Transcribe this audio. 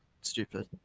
stupid